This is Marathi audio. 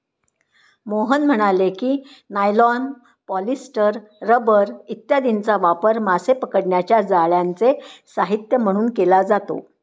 मोहन म्हणाले की, नायलॉन, पॉलिस्टर, रबर इत्यादींचा वापर मासे पकडण्याच्या जाळ्यांचे साहित्य म्हणून केला जातो